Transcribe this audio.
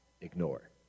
ignore